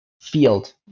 field